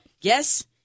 Yes